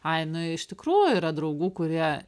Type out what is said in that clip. ai nu iš tikrųjų yra draugų kurie